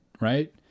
right